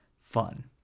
fun